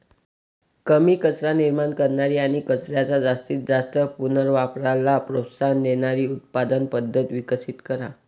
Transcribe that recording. कमी कचरा निर्माण करणारी आणि कचऱ्याच्या जास्तीत जास्त पुनर्वापराला प्रोत्साहन देणारी उत्पादन पद्धत विकसित करा